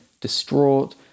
distraught